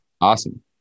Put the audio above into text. Awesome